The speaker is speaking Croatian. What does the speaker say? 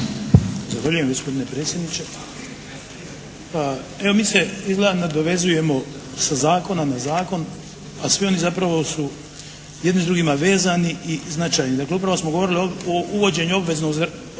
Zahvaljujem gospodine predsjedniče. Evo mi se izgleda nadovezujemo sa zakona na zakon, a svi oni zapravo su jedni s drugima vezani i značajni. Dakle, upravo smo govorili o uvođenju obveznog